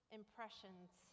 impressions